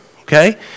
okay